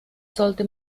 sollte